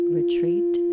retreat